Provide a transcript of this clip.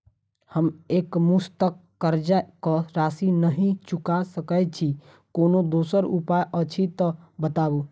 हम एकमुस्त कर्जा कऽ राशि नहि चुका सकय छी, कोनो दोसर उपाय अछि तऽ बताबु?